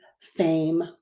fame